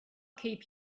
keep